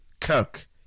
Kirk